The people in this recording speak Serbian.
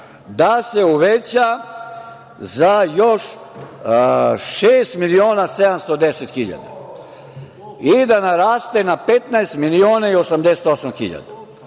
se uveća za još šest miliona 710 hiljada i da naraste na 15 miliona i 88 hiljada.